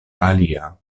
alia